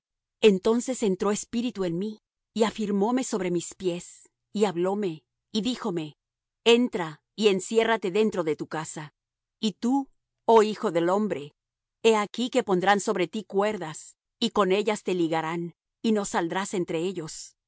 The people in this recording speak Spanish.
entonces entró espíritu en mí y afirmóme sobre mis pies y hablóme y díjome entra y enciérrate dentro de tu casa y tú oh hijo del hombre he aquí que pondrán sobre ti cuerdas y con ellas te ligarán y no saldrás entre ellos